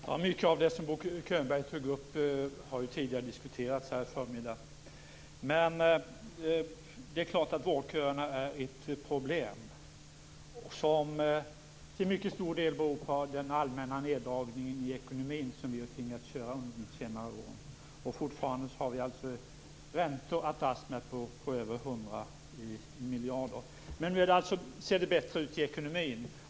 Herr talman! Mycket av det som Bo Könberg tog upp har diskuterats här under förmiddagen. Det är klart att vårdköerna är ett problem som till mycket stor del beror på den allmänna neddragningen i ekonomin, som vi har tvingats göra under de senare åren. Fortfarande har vi räntor att dras med på över 100 miljarder. Men nu ser det bättre ut i ekonomin.